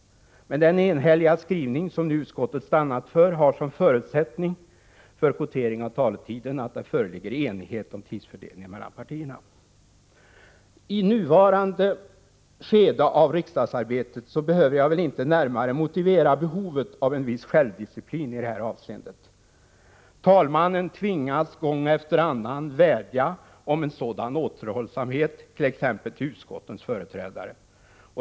Den enhälliga skrivning som utskottet stannat för har som förutsättning för kvotering av taletiden att det föreligger enighet om tidsfördelningen mellan partierna. I nuvarande skede av riksdagsarbetet behöver jag väl inte närmare motivera behovet av viss självdisciplin i detta avseende. Talmannen tvingas gång efter annan vädja om en sådan återhållsamhet, t.ex. till utskottens företrädare.